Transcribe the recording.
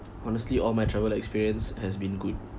honestly all my travel experience has been good